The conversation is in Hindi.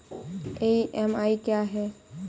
ई.एम.आई क्या है?